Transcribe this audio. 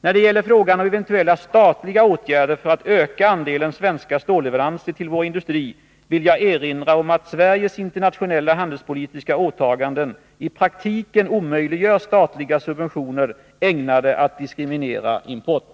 När det gäller frågan om eventuella statliga åtgärder för att öka andelen svenska stålleveranser till vår industri vill jag erinra om att Sveriges internationella handelspolitiska åtaganden i praktiken omöjliggör statliga subventioner ägnade att diskriminera import.